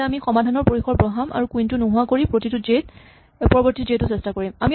নহ'লে আমি সমাধানৰ পৰিসৰ বঢ়াম আৰু কুইন টো নোহোৱা কৰি পৰৱৰ্তীটো জে টো চেষ্টা কৰিম